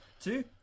Two